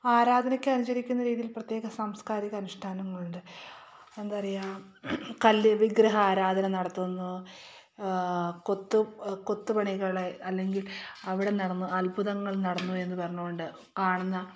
ആരാധനയ്ക്ക് അനുചരിക്കുന്ന രീതിയിൽ പ്രത്യേക സാംസ്കാരിക അനുഷ്ഠാനങ്ങളുണ്ട് എന്താ പറയുക കല്ല് വിഗ്രഹാരാധന നടത്തുന്നു കൊത്തു കൊത്തുപണികളെ അല്ലെങ്കിൽ അവിടെ നടന്ന അത്ഭുതങ്ങൾ നടന്നു എന്നു പറഞ്ഞുകൊണ്ട് കാണുന്ന